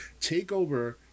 TakeOver